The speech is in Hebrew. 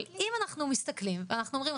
אבל אם אנחנו מסתכלים ואנחנו אומרים,